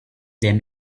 them